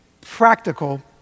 practical